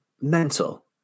Mental